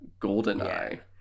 goldeneye